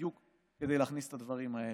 בדיוק כדי להכניס את הדברים האלה.